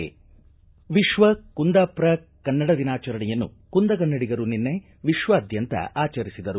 ವಿಶ್ವ ಕುಂದಾಪ್ರ ಕನ್ನಡ ದಿನಾಚರಣೆಯನ್ನು ಕುಂದಗನ್ನಡಿಗರು ನಿನ್ನೆ ವಿಶ್ವಾದ್ಯಂತ ಆಚರಿಸಿದರು